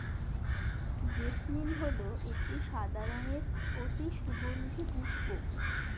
jasmine হল একটি সাদা রঙের অতি সুগন্ধি পুষ্প